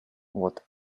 what